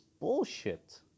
bullshit